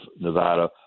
Nevada